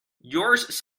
yours